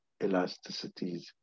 elasticities